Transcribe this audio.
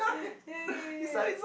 yeah yeah yeah yeah yeah